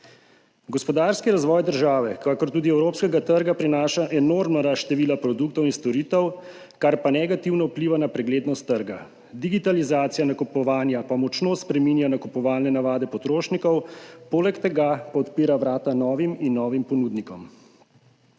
Gospodarski razvoj države kakor tudi evropskega trga prinaša enormno rast števila produktov in storitev, kar pa negativno vpliva na preglednost trga. Digitalizacija nakupovanja močno spreminja nakupovalne navade potrošnikov, poleg tega pa odpira vrata novim in novim ponudnikom.